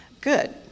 Good